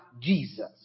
Jesus